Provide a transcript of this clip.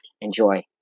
enjoy